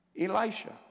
Elisha